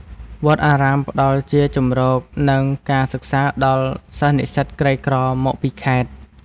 វត្តអារាមផ្តល់ជាជម្រក និងការសិក្សាដល់សិស្សនិស្សិតក្រីក្រមកពីខេត្ត។